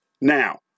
Now